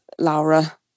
Laura